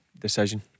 decision